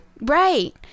right